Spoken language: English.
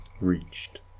Reached